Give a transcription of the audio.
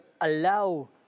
allow